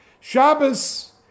Shabbos